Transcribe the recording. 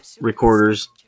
recorders